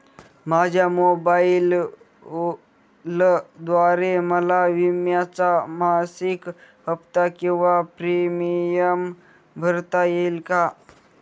माझ्या मोबाईलद्वारे मला विम्याचा मासिक हफ्ता किंवा प्रीमियम भरता येईल का?